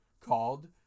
called